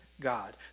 God